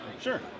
sure